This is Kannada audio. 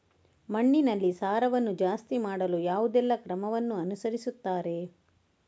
ಮಣ್ಣಿನಲ್ಲಿ ಸಾರವನ್ನು ಜಾಸ್ತಿ ಮಾಡಲು ಯಾವುದೆಲ್ಲ ಕ್ರಮವನ್ನು ಅನುಸರಿಸುತ್ತಾರೆ